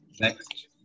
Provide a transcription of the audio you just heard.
Next